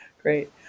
great